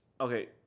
Okay